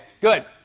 good